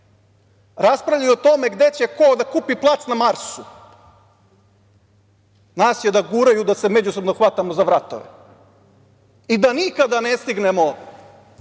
raspravljaju o tome gde će ko da kupi plac na Marsu, nas će da guraju da se hvatamo za vratove i da nikad ne stignemo